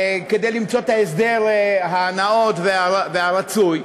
כדי למצוא את ההסדר הנאות והרצוי,